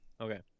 okay